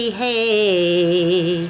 hey